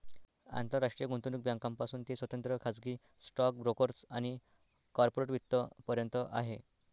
आंतरराष्ट्रीय गुंतवणूक बँकांपासून ते स्वतंत्र खाजगी स्टॉक ब्रोकर्स आणि कॉर्पोरेट वित्त पर्यंत आहे